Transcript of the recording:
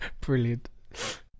Brilliant